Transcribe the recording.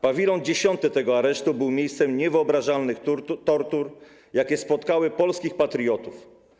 Pawilon X tego aresztu był miejscem niewyobrażalnych tortur, jakie spotkały polskich patriotów.